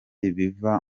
ibiva